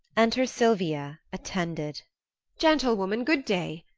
enter silvia, attended gentlewoman, good day!